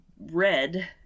red